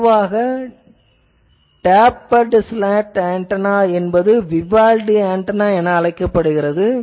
மேலும் tapered slot antenna என்பது Vivaldi antenna என பொதுவாக அழைக்கப்படுகிறது